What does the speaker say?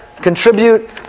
contribute